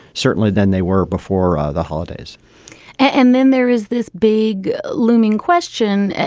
certainly than they were before the holidays and then there is this big looming question.